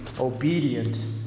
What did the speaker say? obedient